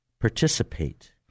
participate